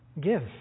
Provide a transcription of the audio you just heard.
Give